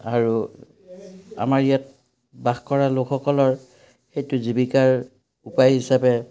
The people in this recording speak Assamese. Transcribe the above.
আৰু আমাৰ ইয়াত বাস কৰা লোকসকলৰ সেইটো জীৱিকাৰ উপায় হিচাপে